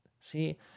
See